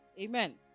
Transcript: Amen